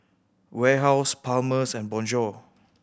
Warehouse Palmer's and Bonjour